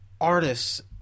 artists